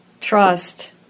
trust